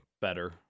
better